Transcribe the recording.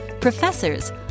professors